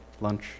lunch